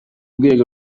rwego